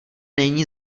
není